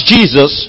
Jesus